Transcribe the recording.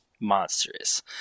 monstrous